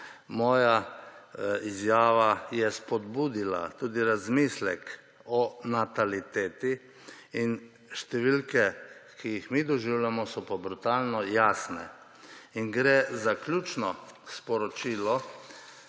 Moja izjava je spodbudila tudi razmislek o nataliteti in številke, ki jih mi doživljamo, so pa brutalno jasne in gre za ključno sporočilo: